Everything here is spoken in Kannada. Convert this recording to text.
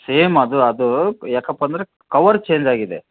ಸೇಮ್ ಅದು ಅದು ಯಾಕಪ್ಪ ಅಂದರೆ ಕವರ್ ಚೇಂಜ್ ಆಗಿದೆ